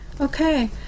Okay